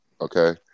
okay